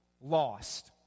LOST